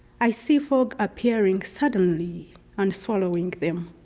i see fog appearing suddenly and swallowing them.